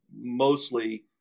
mostly